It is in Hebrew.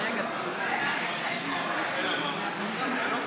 אני מזמין את חבר הכנסת יאיר לפיד לעלות